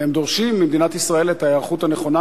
והם דורשים ממדינת ישראל את ההיערכות הנכונה,